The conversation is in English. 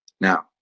Now